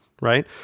right